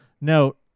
note